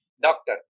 doctor